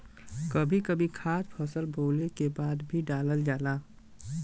कभी कभी खाद फसल बोवले के बाद भी डालल जाला